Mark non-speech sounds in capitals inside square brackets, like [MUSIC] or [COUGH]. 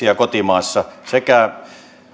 [UNINTELLIGIBLE] ja kotimaassa veronkierron estämiseksi sekä